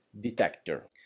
detector